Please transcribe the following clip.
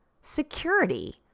security